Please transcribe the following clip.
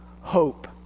hope